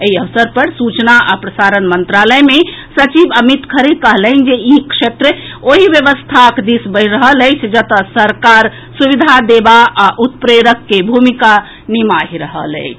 एहि अवसर पर सूचना आ प्रसारण मंत्रालय मे सचिव अमित खरे कहलनि जे ई क्षेत्र ओहि व्यवस्थाक दिस बढ़ि रहल अछि जतऽ सरकार सुविधा देबा आ उत्प्रेरक कें भूमिका निमाहि रहल अछि